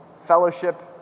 fellowship